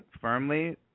firmly